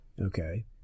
Okay